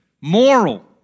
Moral